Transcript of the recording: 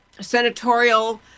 senatorial